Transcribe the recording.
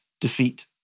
defeat